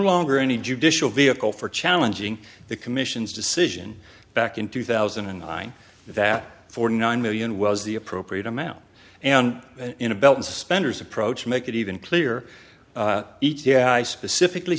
longer any judicial vehicle for challenging the commission's decision back in two thousand and nine that for nine million was the appropriate amount and in a belt and suspenders approach make it even clear each yeah i specifically